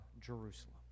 Jerusalem